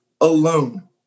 alone